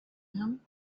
him